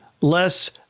less